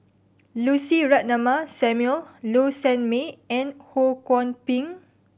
Lucy Ratnammah Samuel Low Sanmay and Ho Kwon Ping